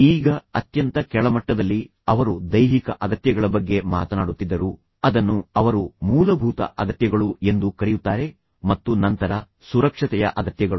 ಈಗ ಅತ್ಯಂತ ಕೆಳಮಟ್ಟದಲ್ಲಿ ಅವರು ದೈಹಿಕ ಅಗತ್ಯಗಳ ಬಗ್ಗೆ ಮಾತನಾಡುತ್ತಿದ್ದರು ಅದನ್ನು ಅವರು ಮೂಲಭೂತ ಅಗತ್ಯಗಳು ಎಂದು ಕರೆಯುತ್ತಾರೆ ಮತ್ತು ನಂತರ ಸುರಕ್ಷತೆಯ ಅಗತ್ಯಗಳು